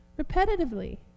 repetitively